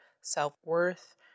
self-worth